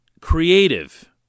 creative